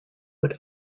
would